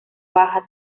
baja